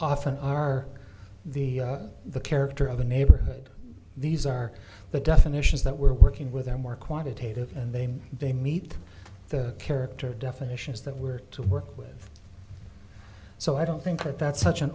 often are the the character of the neighborhood these are the definitions that we're working with they're more quantitative and they mean they meet the character definitions that we're to work with so i don't think that that's such an